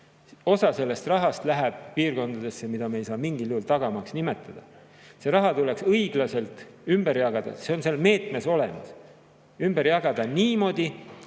Osa sellest rahast läheb piirkondadesse, mida me ei saa mingil juhul tagamaaks nimetada. See raha tuleks õiglaselt ümber jagada, see on seal meetmes olemas. See tuleks ümber jagada niimoodi,